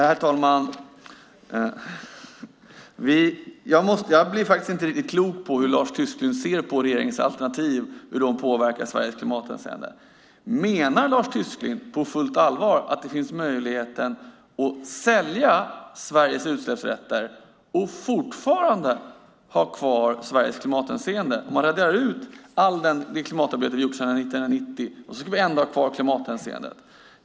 Herr talman! Jag blir faktiskt inte riktigt klok på hur Lars Tysklind ser på regeringens alternativ och hur de påverkar Sveriges klimatanseende. Menar Lars Tysklind på fullt allvar att det finns möjlighet att sälja Sveriges utsläppsrätter och fortfarande ha kvar Sveriges klimatanseende? Man raderar ut allt det klimatarbete som vi har gjort sedan 1990, och så ska vi ändå ha kvar klimatanseendet.